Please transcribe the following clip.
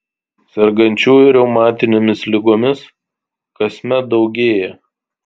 sergančiųjų reumatinėmis ligomis kasmet daugėja